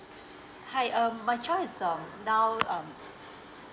hi um my child is um now um